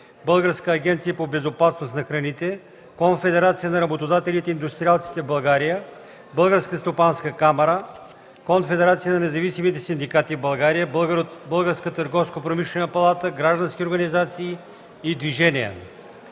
Българската агенция по безопасност на храните, Конфедерацията на работодателите и индустриалците в България, Българската стопанска камара, Конфедерацията на независимите синдикати в България, Българската търговско-промишлена палата, граждански организации и движения.